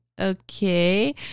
okay